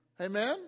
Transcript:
Amen